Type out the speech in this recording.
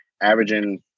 averaging